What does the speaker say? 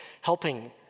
helping